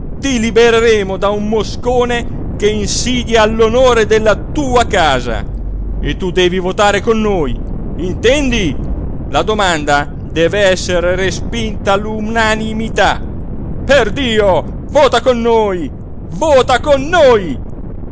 ti libereremo da un moscone che insidia all'onore della tua casa e tu devi votare con noi intendi la domanda deve essere respinta all'unanimità perdio vota con noi vota con noi